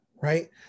right